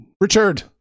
Richard